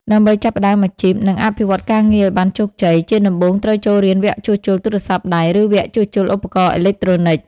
ដើម្បីចាប់ផ្តើមអាជីព និងអភិវឌ្ឍន៍ការងារឱ្យបានជោគជ័យ ជាដំបូងត្រូវចូលរៀនវគ្គជួសជុលទូរស័ព្ទដៃ ឬវគ្គជួសជុលឧបករណ៍អេឡិចត្រូនិច។